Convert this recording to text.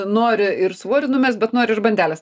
nori ir svorį numest bet nori ir bandelės